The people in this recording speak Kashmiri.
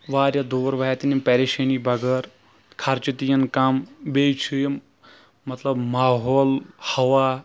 واریاہ دوٗر واتان یِم پریشٲنی بغٲر خرچہِ تہِ یِن کَم بیٚیہِ چھِ یِم مطلب ماحول ہوا